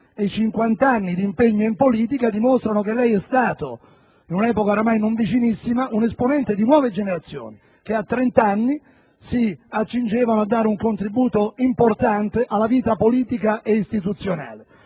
e i 50 anni di impegno in politica dimostrano che, in un'epoca ormai non vicinissima, lei è stato un esponente di nuove generazioni che all'età di 30 anni si accingevano a dare un contributo importante alla vita politica e istituzionale.